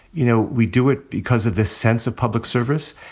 you know, we do it because of this sense of public service.